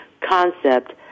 concept